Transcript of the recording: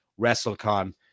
WrestleCon